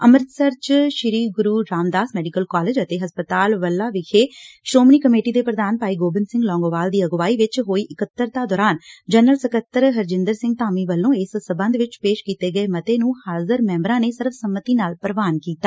ਅੰਮ੍ਤਿਤਸਰ ਚ Sri Guru Ramdas medical college ਅਤੇ ਹਸਪਤਾਲ ਵੱਲ੍ਹਾ ਵਿਖੇ ਸ਼ੋਮਣੀ ਕਮੇਟੀ ਦੇ ਪ੍ਧਾਨ ਭਾਈ ਗੋਬਿਦ ਸਿੰਘ ਲੌਗੋਵਾਲ ਦੀ ਅਗਵਾਈ ਵਿਚ ਹੋਈ ਇਕੱਤਰਤਾ ਦੌਰਾਨ ਜਨਰਲ ਸਕੱਤਰ ਹਰਜਿੰਦਰ ਸਿੰਘ ਧਾਮੀ ਵੱਲੋ ਇਸ ਸਬੰਧ ਵਿਚ ਪੇਸ਼ ਕੀਤੇ ਗਏ ਮਤੇ ਨੂੰ ਹਾਜ਼ਰ ਮੈਂਬਰਾਂ ਨੇ ਸਰਬ ਸੰਮਤੀ ਨਾਲ ਪ੍ਵਾਨ ਕੀਤਾ